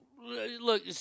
Look, –